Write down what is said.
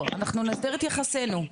אנחנו נסדיר את יחסינו,